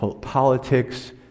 politics